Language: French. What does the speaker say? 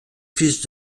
fils